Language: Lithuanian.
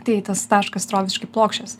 tai tas taškas atro visiškai plokščias